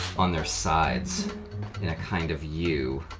on their sides in a kind of u.